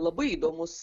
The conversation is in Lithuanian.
labai įdomus